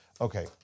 Okay